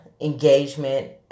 engagement